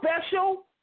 special